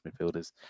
midfielders